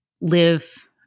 live